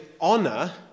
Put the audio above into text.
honor